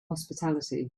hospitality